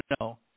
no